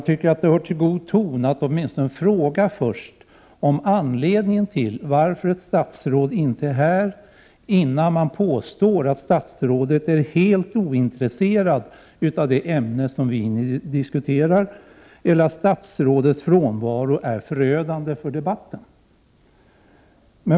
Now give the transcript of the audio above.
Det hör till god ton att åtminstone först fråga om anledningen till att ett statsråd inte är här innan man påstår att statsrådet är helt ointresserad av det ämne som vi diskuterar eller att statsrådets frånvaro är förödande för debatten.